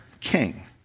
king